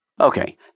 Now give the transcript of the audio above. Okay